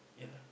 yeah lah